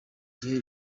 gihe